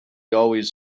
always